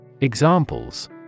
Examples